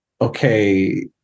okay